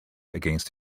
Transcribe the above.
against